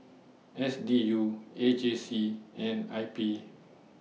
S D U A J C and I P